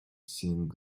sing